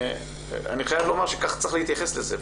אני חייב לומר שכך צריך להתייחס לזה.